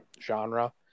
genre